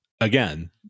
again